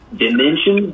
dimension